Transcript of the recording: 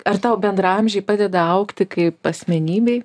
ar tau bendraamžiai padeda augti kaip asmenybei